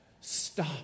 stop